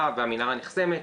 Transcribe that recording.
המנהרה והמנהרה נחסמת,